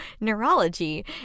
neurology